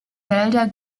wälder